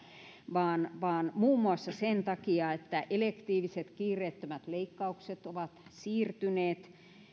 vaan vaan muun muassa sen takia että elektiiviset eli kiireettömät leikkaukset ovat siirtyneet